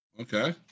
okay